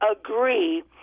agree